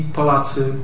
Polacy